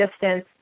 distance